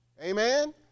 amen